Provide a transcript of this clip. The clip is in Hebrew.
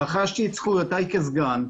רכשתי את זכויותיי כסגן,